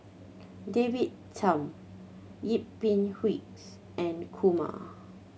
David Tham Yip Pin and Kumar